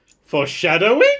Foreshadowing